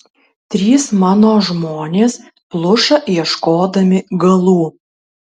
trys mano žmonės pluša ieškodami galų